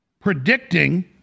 predicting